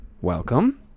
welcome